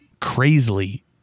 crazily